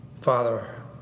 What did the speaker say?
Father